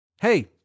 Hey